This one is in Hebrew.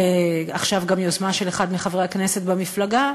ועכשיו גם יוזמה של אחד מחברי הכנסת במפלגה,